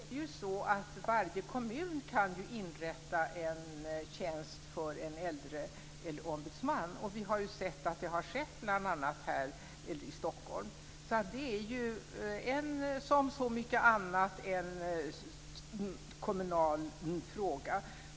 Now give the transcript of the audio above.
Herr talman! Nu är det ju så att varje kommun kan inrätta en tjänst för en äldreombudsman. Vi har sett att det har skett bl.a. här i Stockholm. Det är som så mycket annat en kommunal fråga.